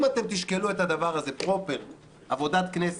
אם תשקלו את הדבר הזה פרופר עבודת כנסת,